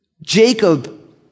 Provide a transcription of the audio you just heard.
Jacob